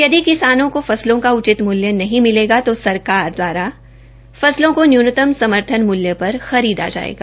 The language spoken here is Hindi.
यदि किसानों को फसलों का उचित मूल्य नहीं मिलेगा तो सरकार दवारा फसलों को न्यूनतम समर्थन मूल्य पर खरीदा ायेगा